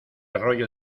rollo